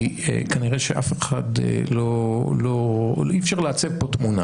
כי כנראה שאי אפשר לעצב פה תמונה